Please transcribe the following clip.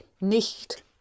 nicht